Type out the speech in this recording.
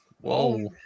Whoa